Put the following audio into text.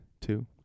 Two